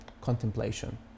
contemplation